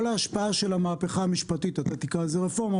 כל ההשפעה של המהפכה המשפטית אתה תקרא לזה "רפורמה",